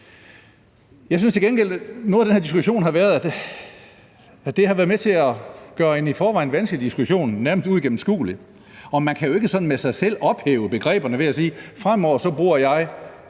et konkret beslutningsforslag om det. Noget af det her har været med til at gøre en i forvejen vanskelig diskussion nærmest uigennemskuelig, og man kan jo ikke sådan med sig selv ophæve begreberne ved at sige, at fremover bruger jeg